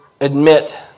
admit